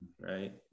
right